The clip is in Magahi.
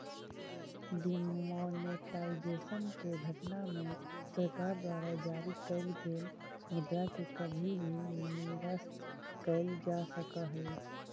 डिमॉनेटाइजेशन के घटना में सरकार द्वारा जारी कैल गेल मुद्रा के कभी भी निरस्त कैल जा सकऽ हई